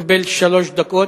אתה מקבל שלוש דקות.